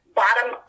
bottom